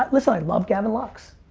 but listen, i love gavin lux,